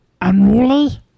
unruly